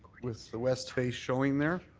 with the west face showing there,